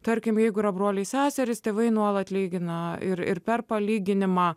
tarkim jeigu yra broliai seserys tėvai nuolat lygina ir ir per palyginimą